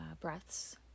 breaths